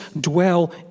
dwell